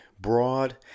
broad